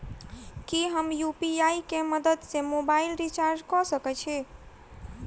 की हम यु.पी.आई केँ मदद सँ मोबाइल रीचार्ज कऽ सकैत छी?